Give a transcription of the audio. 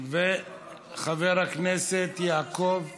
וחבר הכנסת יעקב אשר.